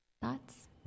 Thoughts